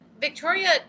Victoria